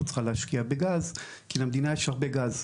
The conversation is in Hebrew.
צריכה להשקיע בגז כי למדינה יש הרבה גז.